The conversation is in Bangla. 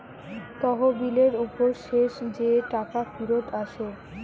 তহবিলের উপর শেষ যে টাকা ফিরত আসে